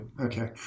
okay